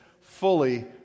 fully